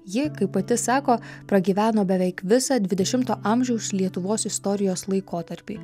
ji kaip pati sako pragyveno beveik visą dvidešimto amžiaus lietuvos istorijos laikotarpį